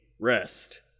rest